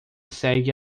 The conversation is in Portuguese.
segue